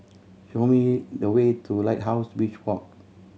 show me the way to Lighthouse Beach Walk